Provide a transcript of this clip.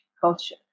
culture